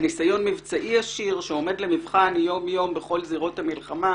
וניסיון מבצעי עשיר שעומד למבחן יום יום בכל זירת המלחמה.